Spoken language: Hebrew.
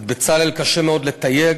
את בצלאל קשה מאוד לתייג,